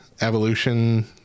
evolution